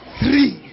three